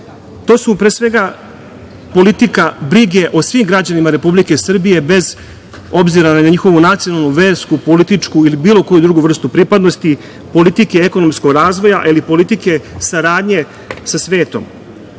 su, pre svega, politika brige o svim građanima Republike Srbije, bez obzira na njihovu nacionalnu, versku, političku ili bilo koju drugu vrstu pripadnosti, politika ekonomskog razvoja, politika saradnje sa svetom. Kao